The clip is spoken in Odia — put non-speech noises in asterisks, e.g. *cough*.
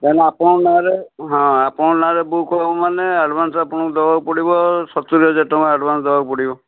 *unintelligible* ଆପଣଙ୍କ ନାଁରେ ହଁ ଆପଣଙ୍କ ନାଁରେ ବୁକ୍ ହେବ ମାନେ ଆଡ଼ଭାନ୍ସ ଆପଣଙ୍କୁ ଦେବାକୁ ପଡ଼ିବ ସତୁରି ହଜାର ଟଙ୍କା ଆଡ଼ଭାନ୍ସ ଦେବାକୁ ପଡ଼ିବ